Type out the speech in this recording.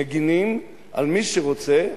מגינים על מי שרוצה בהשמדתנו?